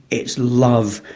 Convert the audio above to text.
it's love.